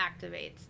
activates